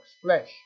Flesh